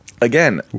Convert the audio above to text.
Again